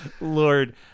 Lord